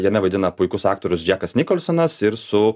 jame vaidina puikus aktorius džekas nikolsonas ir su